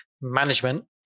management